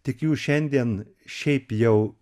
tik jų šiandien šiaip jau